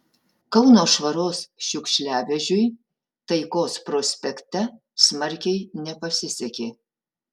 kauno švaros šiukšliavežiui taikos prospekte smarkiai nepasisekė